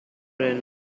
friends